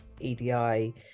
EDI